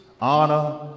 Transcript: honor